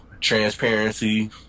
transparency